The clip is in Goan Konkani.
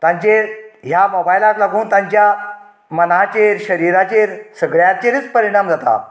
तांचेर ह्या मोबायलाक लागून तांच्या मनाचेर शरिराचेर सगळ्याचेरच परिणाम जाता